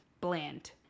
bland